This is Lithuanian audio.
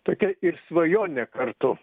tokia ir svajonė kartu